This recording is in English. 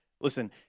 Listen